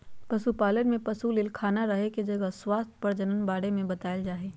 पशुपालन में पशु ले खाना रहे के जगह स्वास्थ्य प्रजनन बारे में बताल जाय हइ